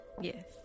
Yes